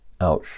ouch